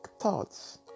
thoughts